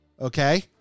Okay